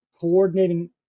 coordinating